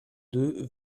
deux